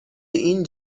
این